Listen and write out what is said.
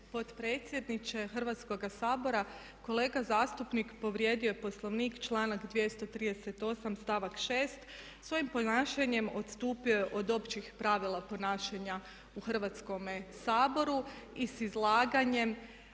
potpredsjedniče Hrvatskoga sabora. Kolega zastupnik povrijedio je Poslovnik, članak 238. st.6 svojim ponašanjem odstupio je od općih pravila ponašanja u Hrvatskome saboru i s izlaganjem